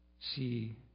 see